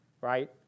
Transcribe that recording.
right